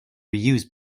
reuse